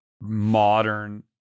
modern